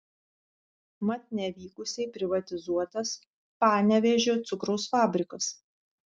mat nevykusiai privatizuotas panevėžio cukraus fabrikas